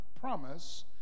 promise